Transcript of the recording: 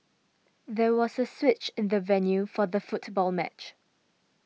there was a switch in the venue for the football match